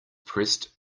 pressed